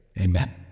amen